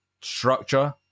structure